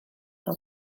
fel